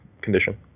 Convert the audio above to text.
condition